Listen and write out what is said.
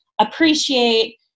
appreciate